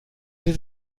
sie